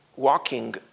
Walking